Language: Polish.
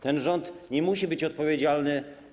Ten rząd nie musi być odpowiedzialny.